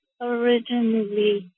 originally